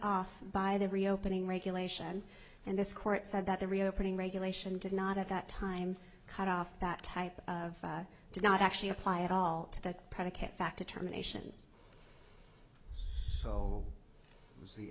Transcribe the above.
off by the reopening regulation and this court said that the reopening regulation did not at that time cut off that type of did not actually apply at all to that predicate fact of terminations so it was the